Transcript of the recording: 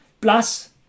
plus